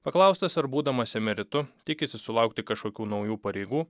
paklaustas ar būdamas emeritu tikisi sulaukti kažkokių naujų pareigų